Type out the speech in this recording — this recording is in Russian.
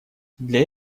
для